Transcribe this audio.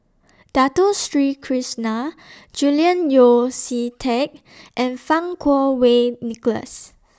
Dato Street Krishna Julian Yeo See Teck and Fang Kuo Wei Nicholas